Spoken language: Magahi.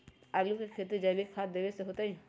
आलु के खेती जैविक खाध देवे से होतई?